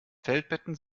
feldbetten